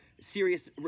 serious